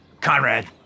Conrad